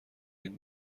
این